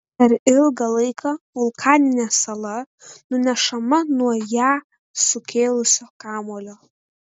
per ilgą laiką vulkaninė sala nunešama nuo ją sukėlusio kamuolio